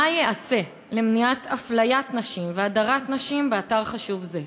מה ייעשה למניעת אפליית נשים והדרת נשים באתר חשוב זה?